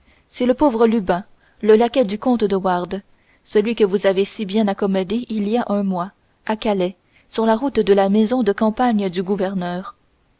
c'est ce pauvre lubin le laquais du comte de wardes celui que vous avez si bien accommodé il y a un mois à calais sur la route de la maison de campagne du gouverneur